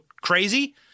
crazy